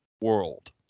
world